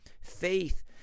faith